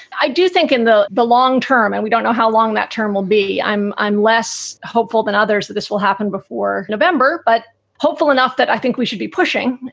i do think in the the long term and we don't know how long that term will be, i'm i'm less hopeful than others that this will happen before november. but hopeful enough that i think we should be pushing